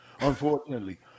unfortunately